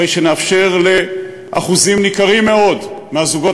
הרי שנאפשר לאחוזים ניכרים מאוד מהזוגות